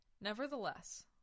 Nevertheless